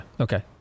Okay